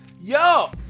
Yo